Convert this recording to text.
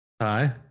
Hi